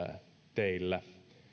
teillä